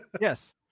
Yes